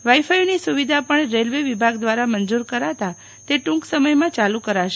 વાઇફાઇની સુવિધા પણ રેલ્વે વિભાગ દ્વારા મંજૂર કરાતા તે ટુંક સમયમાં ચાલુ કરાશે